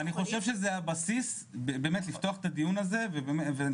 אני חושב שזה הבסיס באמת לפתוח את הדיון הזה ואני